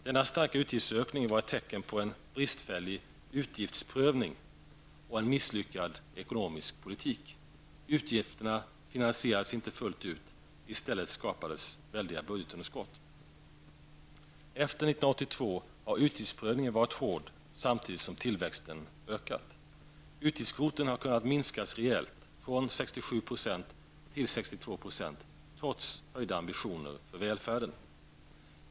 Denna starka utgiftsökning var ett tecken på en bristfällig utgiftsprövning och en misslyckad ekonomisk politik. Utgifterna finansierades inte fullt ut. I stället skapades väldiga budgetunderskott. Efter år 1982 har utgiftsprövningen varit hård samtidigt som tillväxten ökat. Utgiftskvoten har kunnat minskas rejält, från 67 till 62 %, trots höjda ambitioner för välfärden.